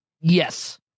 Yes